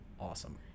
awesome